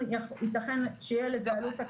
ייתכן שיהיה לזה עלות תקציבית.